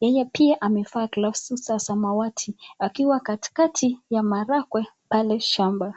Yeye pia amevaa gloves za samawati, akiwa katikati ya maharagwe pale shamba.